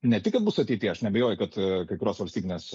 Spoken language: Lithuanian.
ne tik kad bus ateityje aš neabejoju kad kai kurios valstybinės